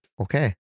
okay